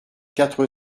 quatre